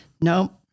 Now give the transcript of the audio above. Nope